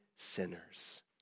sinners